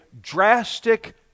drastic